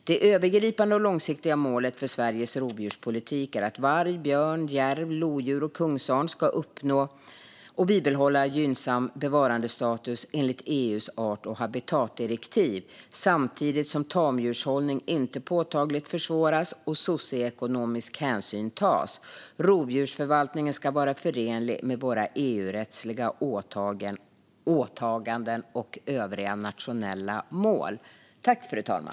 Det övergripande och långsiktiga målet för Sveriges rovdjurspolitik är att varg, björn, järv, lodjur och kungsörn ska uppnå och bibehålla gynnsam bevarandestatus enligt EU:s art och habitatdirektiv, samtidigt som tamdjurshållning inte påtagligt försvåras och socioekonomisk hänsyn tas. Rovdjursförvaltningen ska vara förenlig med våra EU-rättsliga åtaganden och övriga nationella mål.